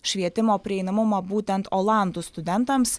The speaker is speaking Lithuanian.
švietimo prieinamumą būtent olandų studentams